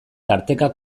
tarteka